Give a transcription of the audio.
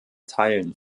teilen